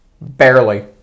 Barely